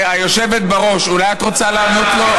היושבת בראש, אולי את רוצה לענות לו?